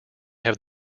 have